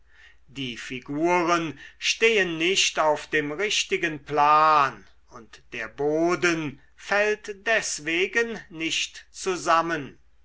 die figuren stehen nicht auf dem richtigen plan und der boden fällt deswegen nicht zusammen